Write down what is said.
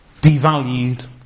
devalued